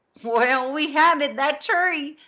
well, we had it that tree!